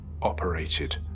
Operated